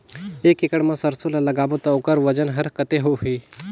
एक एकड़ मा सरसो ला लगाबो ता ओकर वजन हर कते होही?